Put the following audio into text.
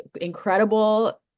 incredible